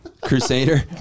Crusader